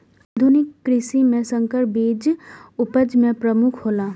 आधुनिक कृषि में संकर बीज उपज में प्रमुख हौला